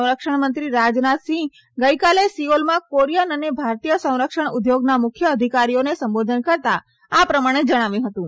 સંરક્ષણ મંત્રી રાજનાથસિંહ ગઈકાલે સિઓલમાં કોરીયન અને ભારતીય સંરક્ષણ ઉદ્યોગના મુખ્ય અધિકારીઓને સંબોધન કરતાં આ પ્રમાણે જણાવ્યું હતું